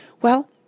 Well